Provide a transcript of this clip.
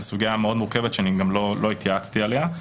זאת סוגיה מאוד מורכבת, שאני לא התייעצתי עליה.